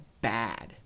bad